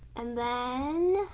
and then,